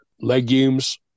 legumes